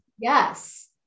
Yes